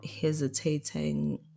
hesitating